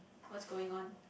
what's going on